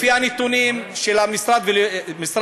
לפי הנתונים של המשרד